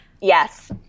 Yes